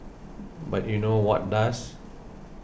but you know what does